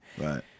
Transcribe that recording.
Right